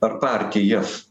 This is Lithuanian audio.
ar partijas